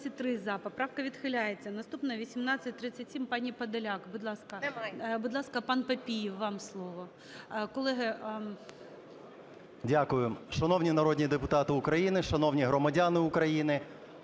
Дякую. Шановні народні депутати України, шановні громадяни України!